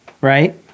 right